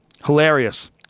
Hilarious